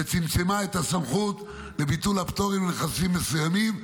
וצמצמה את הסמכות לביטול הפטורים לנכסים מסוימים.